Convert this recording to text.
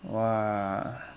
!wah!